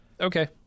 Okay